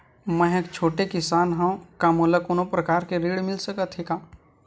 मै ह एक छोटे किसान हंव का मोला कोनो प्रकार के ऋण मिल सकत हे का?